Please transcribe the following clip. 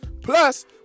Plus